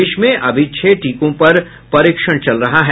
देश में अभी छह टीकों पर परीक्षण चल रहा है